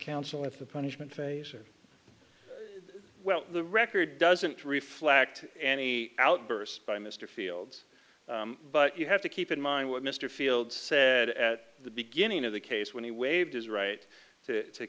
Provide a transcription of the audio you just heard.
counsel with the punishment phase well the record doesn't reflect any outburst by mr fields but you have to keep in mind what mr fields said at the beginning of the case when he waived his right to